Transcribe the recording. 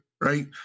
right